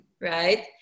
right